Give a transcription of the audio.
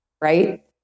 right